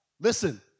Listen